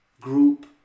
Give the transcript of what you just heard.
group